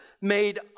made